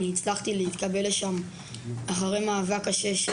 אני הצלחתי להתקבל לשם אחרי מאבק קשה,